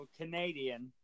Canadian